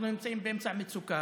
אנחנו נמצאים באמצע מצוקה.